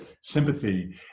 sympathy